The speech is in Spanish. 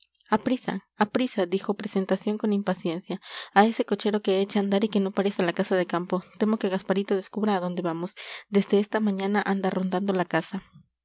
aprisa aprisa dijo presentación con impaciencia a ese cochero que eche a andar y que no pare hasta la casa de campo temo que gasparito descubra a dónde vamos desde esta mañana anda rondando la casa